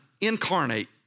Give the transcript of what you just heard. incarnate